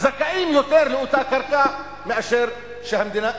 זכאים יותר לאותה קרקע מאשר המדינה,